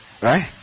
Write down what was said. Right